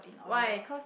why cause